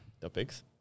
topics